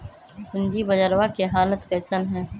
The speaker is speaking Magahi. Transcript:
पूंजी बजरवा के हालत कैसन है?